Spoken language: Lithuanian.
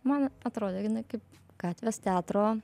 man atrodė kad jinai kaip gatvės teatro